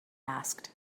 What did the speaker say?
asked